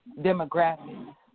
demographics